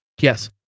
yes